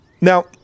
Now